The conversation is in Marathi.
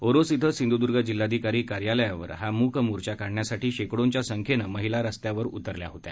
ओरोस ॐ सिंधूद्र्ग जिल्हाधिकारी कार्यालयावर हा मूक मोर्चा काढण्यासाठी शेकडोंच्या संख्येन महिला रस्त्यावर उतरल्या होत्या